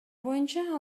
боюнча